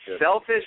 Selfish